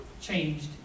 changed